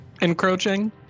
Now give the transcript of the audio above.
encroaching